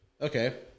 Okay